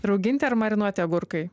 rauginti ar marinuoti agurkai